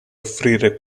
offrire